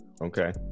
okay